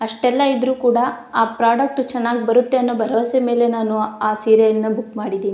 ಅಷ್ಟೆಲ್ಲ ಇದ್ರು ಕೂಡ ಆ ಪ್ರಾಡಕ್ಟ್ ಚೆನ್ನಾಗ್ ಬರುತ್ತೆ ಅನ್ನೋ ಭರ್ವಸೆ ಮೇಲೆ ನಾನು ಆ ಸೀರೆಯನ್ನು ಬುಕ್ ಮಾಡಿದ್ದೀನಿ